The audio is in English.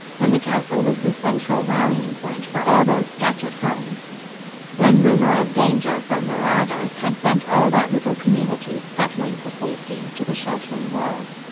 when the castle was the central rallying-point for all those scattered homes when rumour of danger from marauders had sent all that little community scuttling for safety to the sheltering walls.